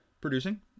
producing